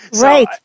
Right